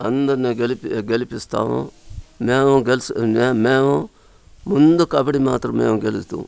అందరినీ గెలిపి గెలిపిస్తాము మేము గెలిసి మేము మేము ముందు కబడి మాత్రం మేము గెలుస్తుము